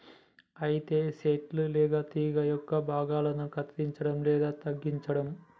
అయితే సెట్టు లేదా తీగ యొక్క భాగాలను కత్తిరంచడం లేదా తగ్గించడం